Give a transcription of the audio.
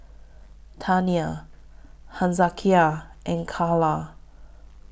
Tania Hezekiah and Calla